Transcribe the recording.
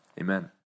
Amen